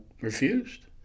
refused